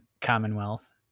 Commonwealth